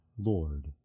Lord